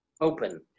Open